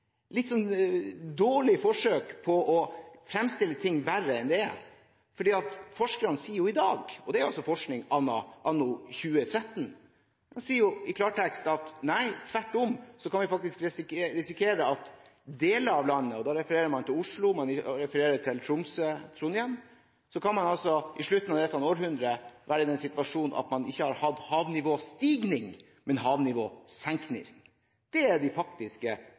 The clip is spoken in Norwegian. litt dårlig forsøk på å fremstille ting som verre enn de er. Forskerne sier i dag – forskning anno 2013 – i klartekst at tvert om kan vi risikere at man i deler av landet, og da refererer man til Oslo, til Tromsø og til Trondheim, i slutten av dette århundret kan være i den situasjonen at man ikke har hatt havnivåstigning, men havnivåsenking. Det er faktiske